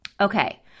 Okay